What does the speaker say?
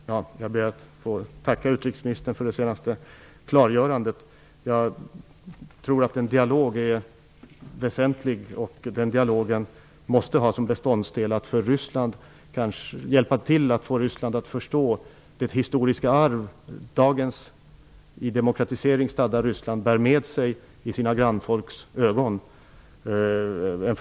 Fru talman! Jag ber att få tacka utrikesministern för det senaste klargörandet. Jag tror att en dialog är väsentlig. Med den dialogen måste man hjälpa dagens i demokratisering stadda Ryssland att förstå vad landets historiska arv betyder för grannfolken.